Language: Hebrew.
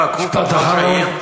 אפשר, משפט אחרון.